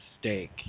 steak